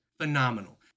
Phenomenal